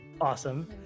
Awesome